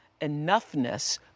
enoughness